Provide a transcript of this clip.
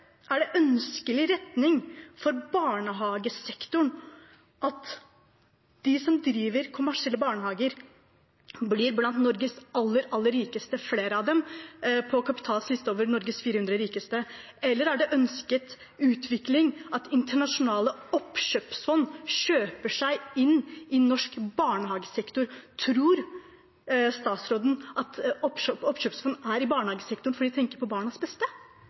er en ønskelig retning for barnehagesektoren at de som driver kommersielle barnehager, blir blant Norges aller, aller rikeste – flere av dem på Kapitals liste over Norges 400 rikeste? Er det en ønsket utvikling at internasjonale oppkjøpsfond kjøper seg inn i norsk barnehagesektor? Tror statsråden at oppkjøp i barnehagesektoren skjer fordi man tenker på barnas beste?